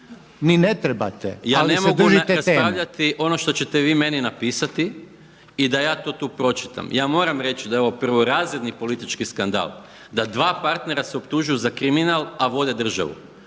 Ni ne trebate, ali se držite teme. **Maras, Gordan (SDP)** Ja ne mogu raspravljati ono što ćete vi meni napisati i da ja to tu pročitam. Ja moram reći da je ovo prvorazredni politički skandal da dva partnera se optužuju za kriminal a vode državu.